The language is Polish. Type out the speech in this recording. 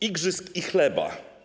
Igrzysk i chleba.